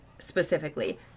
specifically